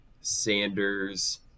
Sanders